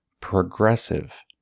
progressive